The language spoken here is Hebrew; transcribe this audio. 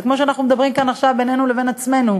זה כמו שאנחנו מדברים כאן עכשיו בינינו לבין עצמנו,